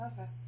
Okay